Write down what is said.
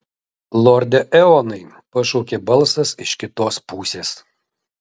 lorde eonai pašaukė balsas iš kitos pusės